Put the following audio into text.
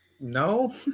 no